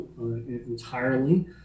entirely